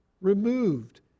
removed